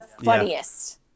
funniest